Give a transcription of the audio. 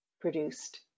produced